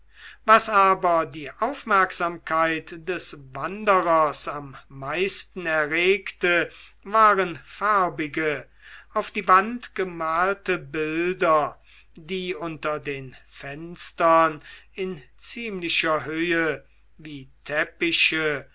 was aber die aufmerksamkeit des wanderers am meisten erregte waren farbige auf die wand gemalte bilder die unter den fenstern in ziemlicher höhe wie teppiche